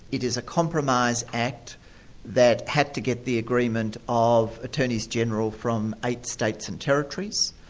it is a compromise act that had to get the agreement of attorneys-general from eight states and territories,